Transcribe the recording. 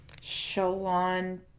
Shalon